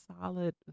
solid